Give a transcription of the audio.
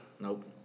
Nope